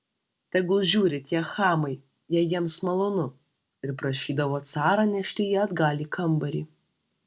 tegul žiūri tie chamai jei jiems malonu ir prašydavo carą nešti jį atgal į kambarį